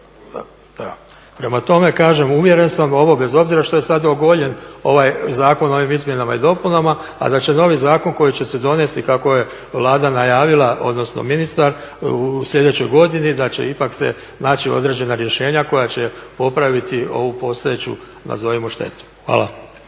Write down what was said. Prema tome, kažem uvjeren sam ovo bez obzira što je sad ogoljen ovaj zakon ovim izmjenama i dopunama a da će novi zakon koji će se donijeti kako je Vlada najavila, odnosno ministar, u sljedećoj godini da će ipak se naći određena rješenja koja će popraviti ovu postojeću nazovimo štetu. Hvala.